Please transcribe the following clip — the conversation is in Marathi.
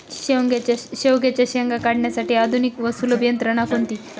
शेवग्याच्या शेंगा काढण्यासाठी आधुनिक व सुलभ यंत्रणा कोणती?